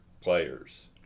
players